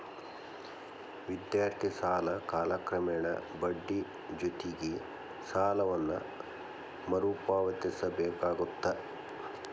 ವಿದ್ಯಾರ್ಥಿ ಸಾಲ ಕಾಲಕ್ರಮೇಣ ಬಡ್ಡಿ ಜೊತಿಗಿ ಸಾಲವನ್ನ ಮರುಪಾವತಿಸಬೇಕಾಗತ್ತ